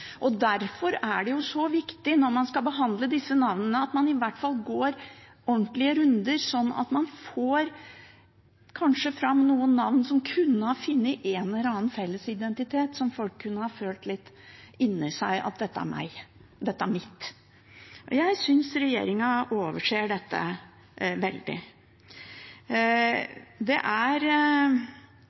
identitet. Derfor er det så viktig når man skal behandle disse navnene, at man i hvert fall går ordentlige runder, så man kanskje får fram noen navn som kunne ha gitt en eller annen form for felles identitet, slik at folk kunne ha følt litt inni seg at dette er meg – dette er mitt. Jeg synes regjeringen overser dette. De sier hvem som er